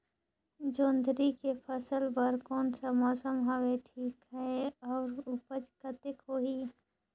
जोंदरी के फसल बर कोन सा मौसम हवे ठीक हे अउर ऊपज कतेक होही?